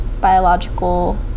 biological